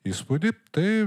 įspūdį tai